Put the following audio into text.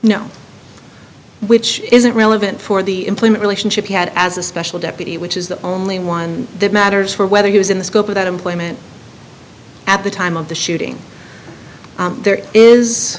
no which isn't relevant for the employment relationship he had as a special deputy which is the only one that matters for whether he was in the scope of that employment at the time of the shooting there is